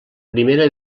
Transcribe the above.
primera